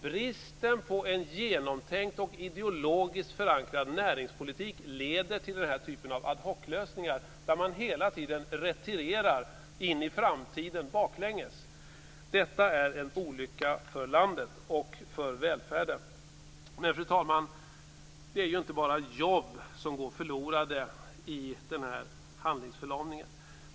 Bristen på en genomtänkt och ideologiskt förankrad näringspolitik leder till den här typen av ad hoclösningar där man hela tiden retirerar in i framtiden baklänges. Detta är en olycka för landet och för välfärden. Fru talman! Det är ju inte bara jobb som går förlorade genom den här handlingsförlamningen.